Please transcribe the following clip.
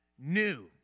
new